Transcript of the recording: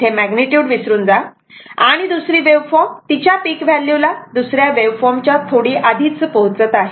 इथे मॅग्नीट्युड विसरून जा आणि दुसरी वेव्हफॉर्म तिच्या पिक व्हॅल्यूला दुसऱ्या वेव्हफॉर्मच्या थोडी आधीच पोहोचत आहे